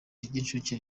ry’incuke